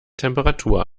temperatur